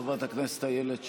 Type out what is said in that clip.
חברת הכנסת איילת שקד,